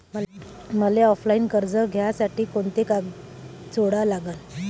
मले ऑफलाईन कर्ज घ्यासाठी कोंते कागद जोडा लागन?